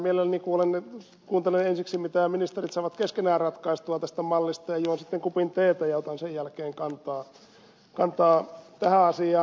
minä mielelläni kuuntelen ensiksi mitä ministerit saavat keskenään ratkaistua tästä mallista ja juon sitten kupin teetä ja otan sen jälkeen kantaa tähän asiaan